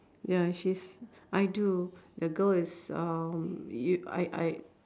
ya she's I do the girl is um you I I